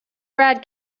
brad